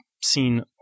seen